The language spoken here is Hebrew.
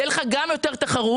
תהיה לך גם יותר תחרות,